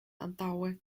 antaŭe